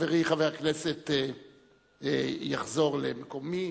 חברי חבר הכנסת יחליף אותי.